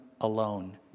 alone